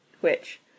Which